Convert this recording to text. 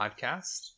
Podcast